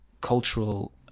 cultural